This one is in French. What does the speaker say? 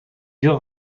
yeux